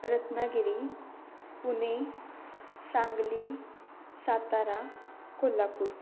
Ratnagiri Pune Sangli Satara Kolhapur